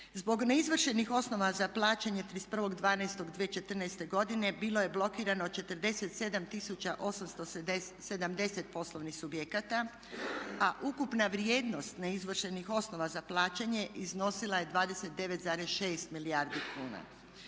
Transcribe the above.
Zbog neizvršenih osnova za plaćanje 31.12.2014. godine bilo je blokirano 47 870 poslovnih subjekata, a ukupna vrijednost neizvršenih osnova za plaćanje iznosila je 29,6 milijardi kuna.